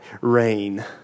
reign